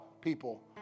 people